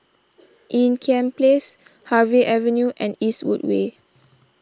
Ean Kiam Place Harvey Avenue and Eastwood Way